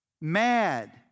mad